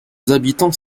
habitants